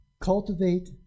Cultivate